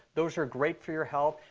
those are great for your health.